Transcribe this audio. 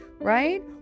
right